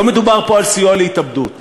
לא מדובר פה על סיוע להתאבדות,